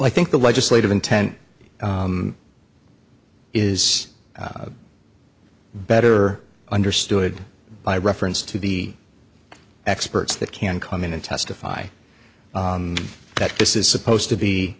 i think the legislative intent is better understood by reference to the experts that can come in and testify that this is supposed to be